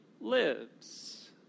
lives